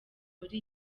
muri